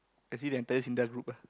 Sinda group ah